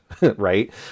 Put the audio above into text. right